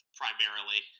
primarily